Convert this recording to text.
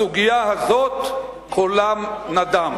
בסוגיה הזאת קולם נדם.